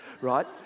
right